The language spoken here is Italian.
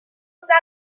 lotta